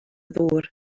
ddŵr